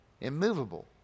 Immovable